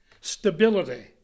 stability